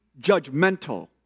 judgmental